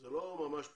זה לא ממש פרישה,